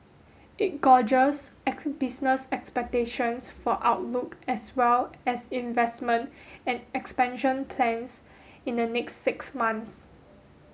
it gauges business expectations for outlook as well as investment and expansion plans in the next six months